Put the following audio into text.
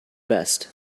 best